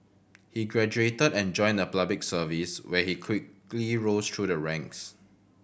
he graduated and joined the Public Service where he quickly rose through the ranks